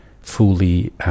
fully